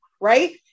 right